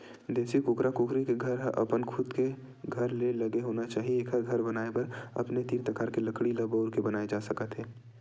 देसी कुकरा कुकरी के घर ह अपन खुद के घर ले लगे होना चाही एखर घर बनाए बर अपने तीर तखार के लकड़ी ल बउर के बनाए जा सकत हे